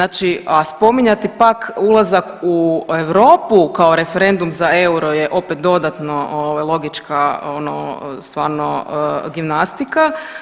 A spominjati pak ulazak u Europu kao referendum za euro je opet dodatno logička stvarno gimnastika.